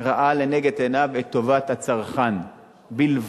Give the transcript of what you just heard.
ראה לנגד עיניו את טובת הצרכן בלבד,